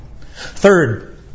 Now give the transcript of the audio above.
Third